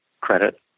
credit